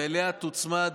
ואליה תוצמד